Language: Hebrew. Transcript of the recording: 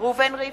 ראובן ריבלין,